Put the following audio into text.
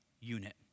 unit